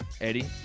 Eddie